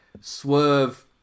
Swerve